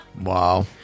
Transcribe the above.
Wow